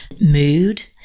mood